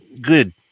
good